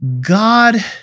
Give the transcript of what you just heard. God